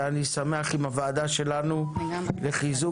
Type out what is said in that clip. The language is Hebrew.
ואני שמח יחד עם הוועדה שלנו לחיזוק